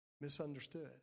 misunderstood